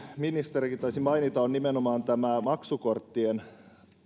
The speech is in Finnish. ministerikin taisi mainita nimenomaan tämä maksukorttien